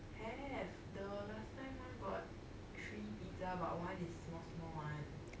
have the last time one got three pizza but one is small small one